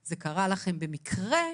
זה קרה לכם במקרה,